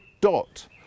dot